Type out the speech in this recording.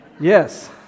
yes